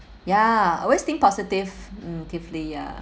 ya always think positive mm deeply ya